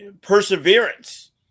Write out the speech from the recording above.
perseverance